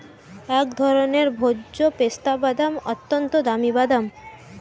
এক ধরনের ভোজ্য পেস্তা বাদাম, অত্যন্ত দামি বাদাম